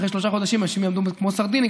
אחרי שלושה חודשים אנשים יעמדו כמו סרדינים,